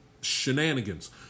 shenanigans